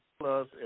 plus